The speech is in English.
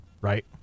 right